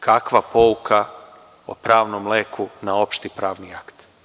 Kakva pouka o pravnom leku na opšti pravni akt?